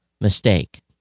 mistake